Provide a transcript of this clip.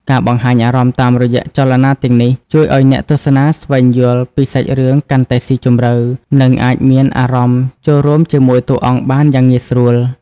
ការបង្ហាញអារម្មណ៍តាមរយៈចលនាទាំងនេះ ជួយឲ្យអ្នកទស្សនាស្វែងយល់ពីសាច់រឿងកាន់តែស៊ីជម្រៅ និងអាចមានអារម្មណ៍ចូលរួមជាមួយតួអង្គបានយ៉ាងងាយស្រួល។